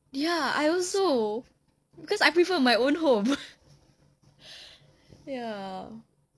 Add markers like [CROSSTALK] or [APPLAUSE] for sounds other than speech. ya I also because I prefer my own home [LAUGHS] ya